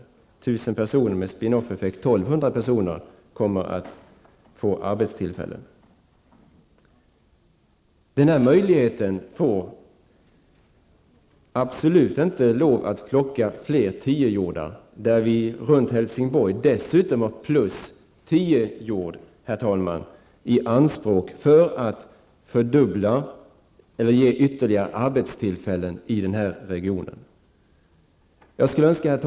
1 000 personer -- med en spin-offeffekt om 1 200 personer -- kommer att beredas arbetstillfällen. Denna möjlighet får absolut inte bidraga till att fler 10-jordar tas i anspråk för att skapa ytterligare arbetstillfällen i den här regionen. Runt Helsingborg har vi dessutom 10+-jord.